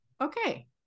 Okay